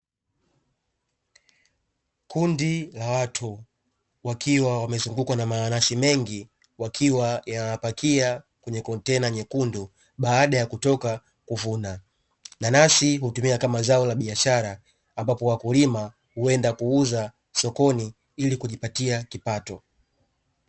Kundi la watu wakiwa wamezungukwa na mananasi mengi wakiwa wanayapakia kwenye kontena nyekundu, baada ya kutoka kuvuna, nanasi hutumika kama zao la biashara, ambapo wakulima huenda kuuza sokoni ili kujipatia kipato.